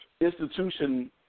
institution